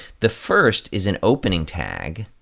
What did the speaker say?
the first is an opening tag